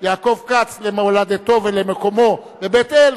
יעקב כץ למולדתו ולמקומו בבית-אל,